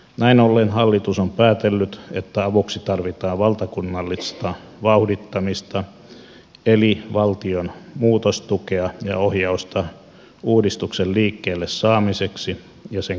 näin ollen hallitus on päätellyt että avuksi tarvitaan valtakunnallista vauhdittamista eli valtion muutostukea ja ohjausta uudistuksen liikkeelle saamiseksi ja käynnissä pitämiseksi